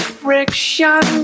friction